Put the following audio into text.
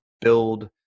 build